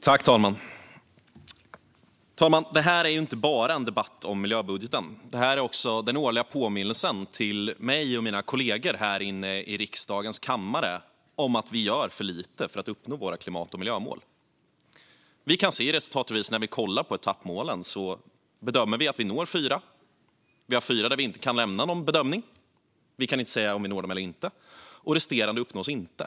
Fru talman! Det här är inte bara en debatt om miljöbudgeten, utan det är också den årliga påminnelsen till mig och mina kollegor här i riksdagens kammare om att vi gör för lite för att uppnå våra klimat och miljömål. När vi tittar på etappmålen i resultatredovisningen kan vi se att vi bedömer att vi når fyra av målen. Det är fyra mål där vi inte kan lämna någon bedömning, det vill säga att vi inte kan säga om vi når dem eller inte. Resterande mål uppnås inte.